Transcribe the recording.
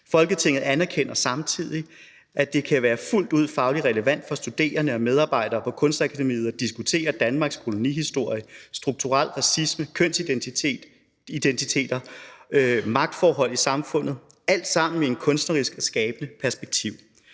Folketinget anerkender samtidig, at det kan være fuldt ud fagligt relevant for studerende og medarbejdere på Det Kongelige Danske Kunstakademis Billedkunstskoler at diskutere Danmarks kolonihistorie, strukturel racisme, kønsidentiteter og magtforhold i samfundet, alt sammen i et kunstnerisk og skabende perspektiv.